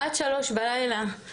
עד 03:00 בלילה.